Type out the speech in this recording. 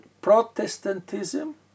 Protestantism